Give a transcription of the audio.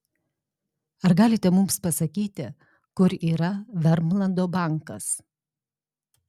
ar galite mums pasakyti kur yra vermlando bankas